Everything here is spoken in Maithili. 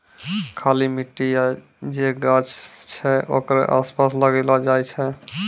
खाली मट्टी या जे गाछ छै ओकरे आसपास लगैलो जाय छै